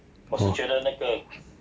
hor